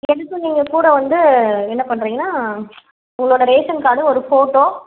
எதுக்கும் நீங்கள் கூட வந்து என்ன பண்ணுறீங்கனா உங்களோட ரேஷன் கார்டு ஒரு ஃபோட்டோ